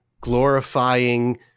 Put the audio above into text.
glorifying